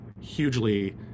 hugely